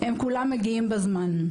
הם כולם מגיעים בזמן,